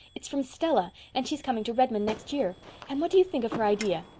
it's from stella and she's coming to redmond next year and what do you think of her idea?